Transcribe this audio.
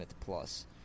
Plus